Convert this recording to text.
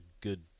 good